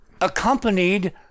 accompanied